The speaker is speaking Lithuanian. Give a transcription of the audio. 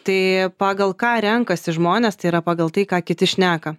tai pagal ką renkasi žmonės tai yra pagal tai ką kiti šneka